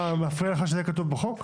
מפריע לך שזה יהיה כתוב בחוק?